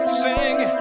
sing